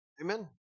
Amen